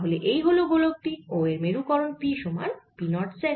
তাহলে এই হল গোলক টি ও এর মেরুকরণ P সমান P নট z